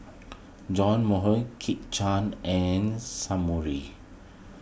John Kit Chan and Sumari